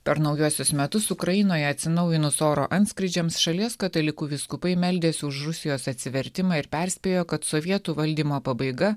per naujuosius metus ukrainoje atsinaujinus oro antskrydžiams šalies katalikų vyskupai meldėsi už rusijos atsivertimą ir perspėjo kad sovietų valdymo pabaiga